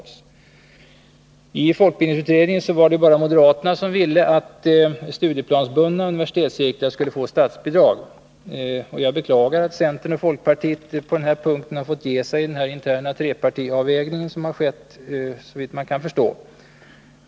I folkbildningsutredningen var det bara moderaterna som ville att studieplansbundna universitetscirklar skulle få statsbidrag. Jag beklagar att centern och folkpartiet på den här punkten har fått ge sig i den interna trepartiavvägningen, som såvitt jag kan. förstå har skett.